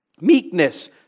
meekness